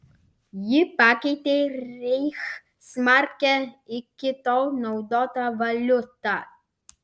ji pakeitė reichsmarkę iki tol naudotą valiutą